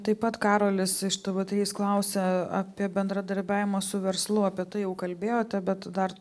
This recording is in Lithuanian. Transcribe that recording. taip pat karolis iš tv trys klausia apie bendradarbiavimą su verslu apie tai jau kalbėjote bet dar